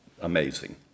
amazing